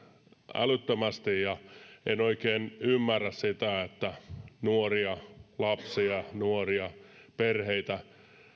älyttömästi ja en oikein ymmärrä sitä että nuoria lapsia ja nuoria perheitä